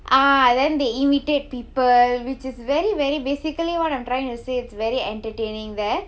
ah then they imitate people which is very very basically what I'm trying to say it's very entertaining there